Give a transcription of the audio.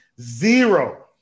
Zero